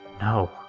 no